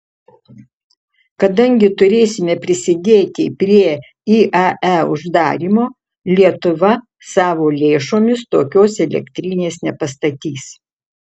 kadangi turėsime prisidėti prie iae uždarymo lietuva savo lėšomis tokios elektrinės nepastatys